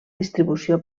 distribució